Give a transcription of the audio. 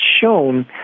shown